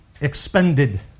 expended